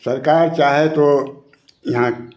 सरकार चाहे तो यहाँ